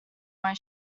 where